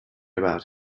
about